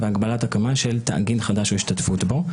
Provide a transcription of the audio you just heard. והגבלת הקמה של תאגיד חדש או השתתפות בו).